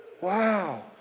Wow